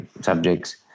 subjects